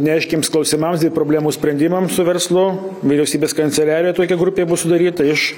neaiškiems klausimams ir problemų sprendimams su verslu vyriausybės kanceliarijoj tokia grupė bus sudaryta iš